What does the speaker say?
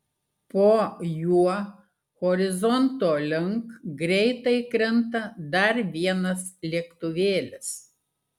po juo horizonto link greitai krinta dar vienas lėktuvėlis